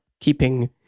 keeping